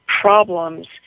problems